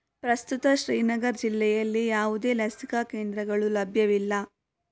ಪ್ರಸ್ತುತ ಶ್ರೀನಗರ್ ಜಿಲ್ಲೆಯಲ್ಲಿ ಯಾವುದೇ ಲಸಿಕಾ ಕೇಂದ್ರಗಳು ಲಭ್ಯವಿಲ್ಲ